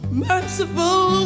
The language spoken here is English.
merciful